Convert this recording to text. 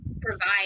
provide